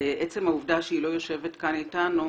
עצם העובדה שהיא לא יושבת כאן איתנו,